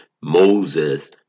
Moses